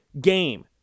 game